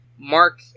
mark